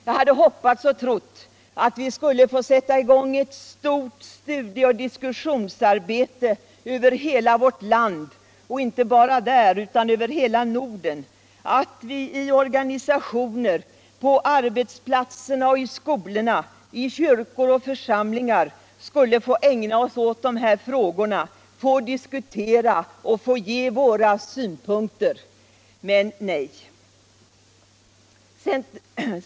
Jag hade hoppats och trott att vi skulle få sätta i gång ett stort studieoch diskussionsarbete över hela vårt land — och inte bara där utan över hela Norden — samt att vi i kyrkor och församlingar, i organisationer, på arbetsplatser och i skolor skulle få ägna oss åt dessa frågor, diskutera och ge våra synpunkter. Men nej.